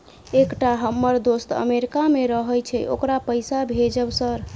एकटा हम्मर दोस्त अमेरिका मे रहैय छै ओकरा पैसा भेजब सर?